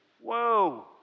Whoa